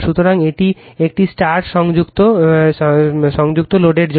সুতরাং এটি একটি স্টার সংযুক্ত লোডের জন্য